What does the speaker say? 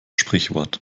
sprichwort